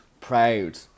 proud